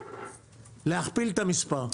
צריכים להכפיל את המספר?